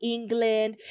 England